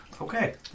Okay